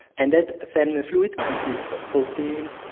and that seminal fluid consists of proteins,